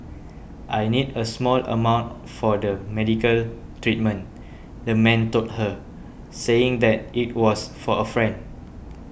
I need a small amount for the medical treatment the man told her saying that it was for a friend